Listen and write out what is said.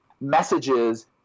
messages